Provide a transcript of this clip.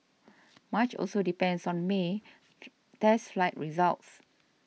much also depends on May test flight results